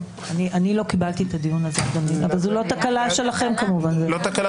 לא קיבלתי את הזימון לדיון אבל זו לא תקלה